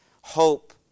Hope